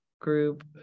group